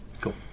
Cool